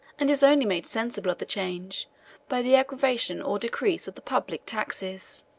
and is only made sensible of the change by the aggravation or decrease of the public taxes.